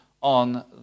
on